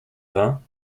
vingts